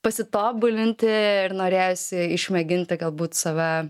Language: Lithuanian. pasitobulinti ir norėjosi išmėginti galbūt save